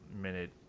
minute